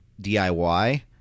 DIY